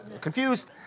confused